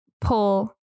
pull